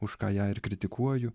už ką ją ir kritikuoju